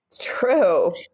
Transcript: True